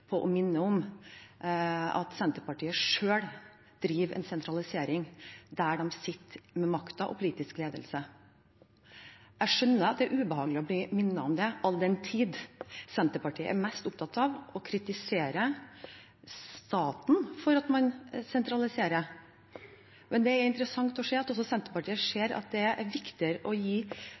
på å minne om at Senterpartiet selv driver en sentralisering der de sitter med makten og politisk ledelse. Jeg skjønner at det er ubehagelig å bli minnet om det, all den tid Senterpartiet er mest opptatt av å kritisere staten for at man sentraliserer. Men det er interessant å se at også Senterpartiet ser at det er viktigere å gi